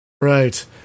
Right